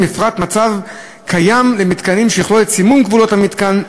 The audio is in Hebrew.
מפרט מצב קיים למתקנים שיכלול את סימון גבולות המתקן,